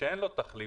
שאין לו תחליף,